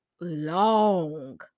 long